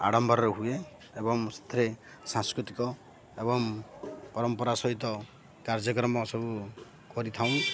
ଆଡ଼ମ୍ବରରେ ହୁଏ ଏବଂ ସେଥିରେ ସାଂସ୍କୃତିକ ଏବଂ ପରମ୍ପରା ସହିତ କାର୍ଯ୍ୟକ୍ରମ ସବୁ କରିଥାଉଁ